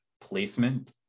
placement